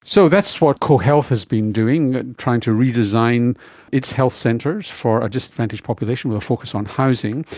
so that's what cohealth has been doing, trying to redesign its health centres for a disadvantaged population, with a focus on housing.